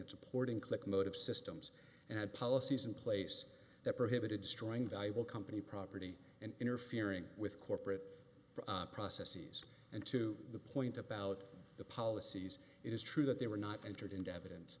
and supporting click motive systems and policies in place that prohibited destroying valuable company property and interfering with corporate processes and to the point about the policies it is true that they were not entered into evidence